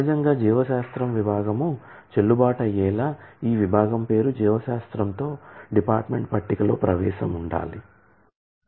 సహజంగా జీవశాస్త్ర విభాగం చెల్లుబాటు అయ్యేలా ఈ విభాగం పేరు జీవశాస్త్రంతో డిపార్ట్మెంట్ టేబుల్ లో ప్రవేశం ఉండాలి